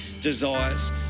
desires